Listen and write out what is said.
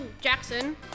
Jackson